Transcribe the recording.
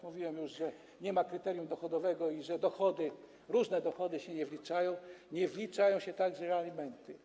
Mówiłem już, że nie ma kryterium dochodowego i że dochody, różne dochody się nie wliczają, nie wliczają się także alimenty.